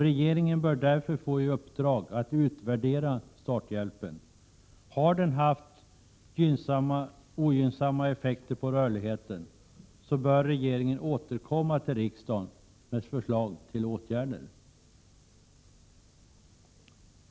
Regeringen bör därför få i uppdrag att utvärdera starthjälpen. Har den haft ogynnsamma effekter på rörligheten, bör regeringen återkomma till riksdagen med förslag till åtgärder.